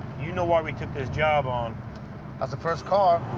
you know why we took this job on. it's the first car.